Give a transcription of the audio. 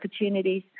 opportunities